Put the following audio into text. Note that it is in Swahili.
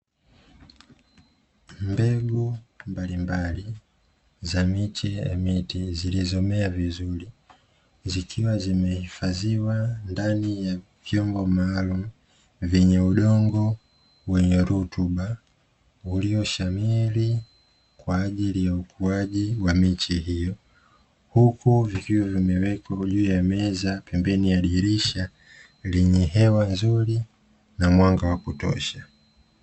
Mbegu mbalimbali za miche ya miti zilizomea vizuri, zikiwa zimehifadhiwa ndani ya vyombo maalum vyenye udongo wenye rutuba, ulioshamiri kwa ajili ya ukuaji wa miche hiyo, huku vikiwa vimewekwa juu ya meza pembeni ya dirisha, lenye hewa nzuri na mwanga wa kutosha.